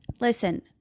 listen